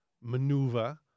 maneuver